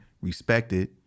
respected